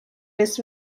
this